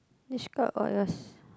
describe what is